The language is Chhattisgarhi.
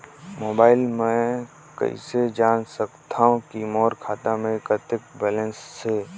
मोबाइल म कइसे जान सकथव कि मोर खाता म कतेक बैलेंस से?